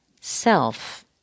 self